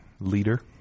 leader